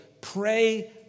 pray